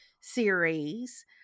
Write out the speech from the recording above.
series